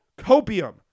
copium